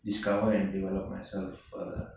discover and develop myself further